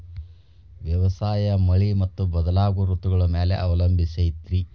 ವ್ಯವಸಾಯ ಮಳಿ ಮತ್ತು ಬದಲಾಗೋ ಋತುಗಳ ಮ್ಯಾಲೆ ಅವಲಂಬಿಸೈತ್ರಿ